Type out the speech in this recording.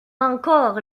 encore